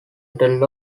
capital